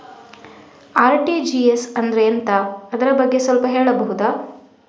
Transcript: RTGS ಅಂದ್ರೆ ಎಂತ ಅದರ ಬಗ್ಗೆ ಸ್ವಲ್ಪ ಹೇಳಬಹುದ?